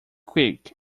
quick